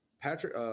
Patrick –